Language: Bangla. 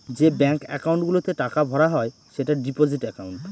যে ব্যাঙ্ক একাউন্ট গুলোতে টাকা ভরা হয় সেটা ডিপোজিট একাউন্ট